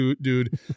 dude